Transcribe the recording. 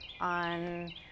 on